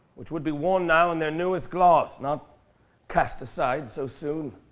which would be worn now in their newest gloss. not cast aside so soon.